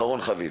אחרון חביב.